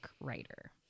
writer